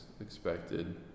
expected